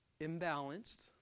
imbalanced